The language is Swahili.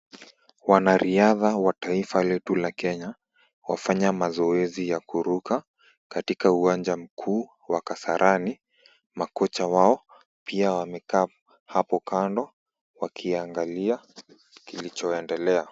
Wanariadha wa taifa letu la Kenya wafanya mazoezi ya kuruka katika uwanja mkuu wa Kasarani, makocha wao pia wamekaa hapo kando wakiangalia kilichoendelea.